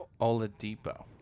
Oladipo